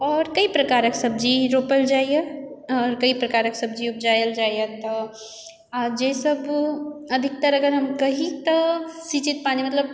आओर कई प्रकारक सब्जी रोपल जाइए कइ प्रकारक सब्जी उपजायल जाइए तऽ जाहिसँ अधिकतर अगर हम कही तऽ सिञ्चित पानी मतलब